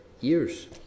years